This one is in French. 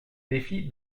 défi